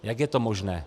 Jak je to možné?